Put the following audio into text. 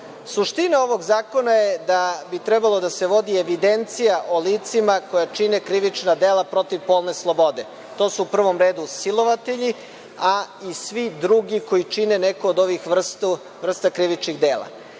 trebalo. Suština ovog zakona je da bi trebalo da se vodi evidencija o licima koja čine krivična dela protiv polne slobode. To su u prvom redu silovatelji, a i svi drugi koji čine neko od ovih vrsta krivičnih dela.